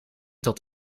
tot